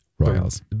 Royals